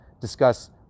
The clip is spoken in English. discuss